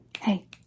Hey